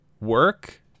work